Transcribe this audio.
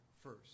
first